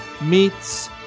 meets